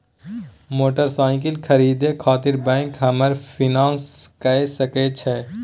Motorcycle खरीदे खातिर bank हमरा फिनांस कय सके छै?